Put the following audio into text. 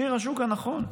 מחיר השוק הנכון.